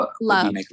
Love